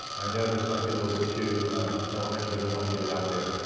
i know this might be a little bit too elementary, but i do want to get it out there.